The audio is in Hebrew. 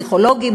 פסיכולוגים,